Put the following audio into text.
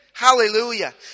Hallelujah